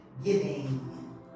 Giving